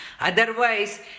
Otherwise